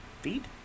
feed